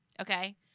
Okay